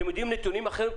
אתם יודעים נתונים אחרים?